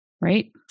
Right